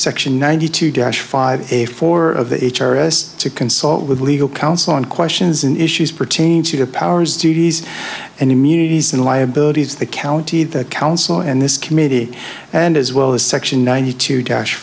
section ninety two dash five a for the h r s to consult with legal counsel on questions in issues pertaining to the powers duties and immunities and liabilities the county the council and this committee and as well as section ninety two dash